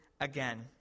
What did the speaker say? again